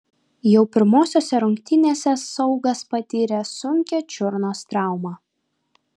jau pirmosiose rungtynėse saugas patyrė sunkią čiurnos traumą